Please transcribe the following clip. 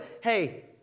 hey